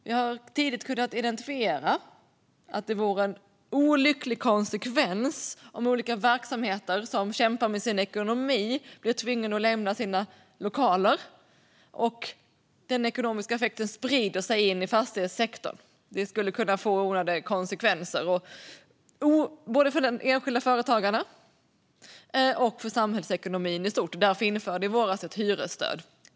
Vi har tidigt kunnat identifiera att det vore en olycklig konsekvens om olika verksamheter som kämpar med sin ekonomi blir tvingade att lämna sina lokaler och den ekonomiska effekten sprider sig in i fastighetssektorn. Det skulle kunna få oerhörda konsekvenser både för de enskilda företagarna och för samhällsekonomin i stort. Därför införde vi i våras ett hyresstöd.